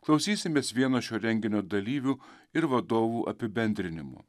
klausysimės vieno šio renginio dalyvių ir vadovų apibendrinimų